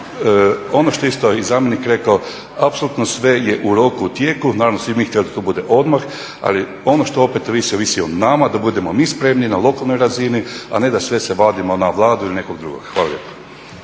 Ono što je isto i zamjenik rekao, apsolutno sve je u roku u tijeku, naravno svi bi mi htjeli da to bude odmah ali ono što opet ovisi, ovisi o nama da budemo mi spremni na lokalnoj razini a ne da sve se vadimo na Vladu ili nekog drugog. Hvala lijepa.